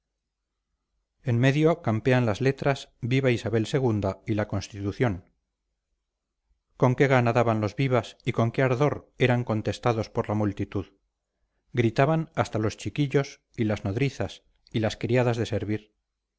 en medio campean las letras viva isabel ii y la constitución con qué gana daban los vivas y con qué ardor eran contestados por la multitud gritaban hasta los chiquillos y las nodrizas y las criadas de servir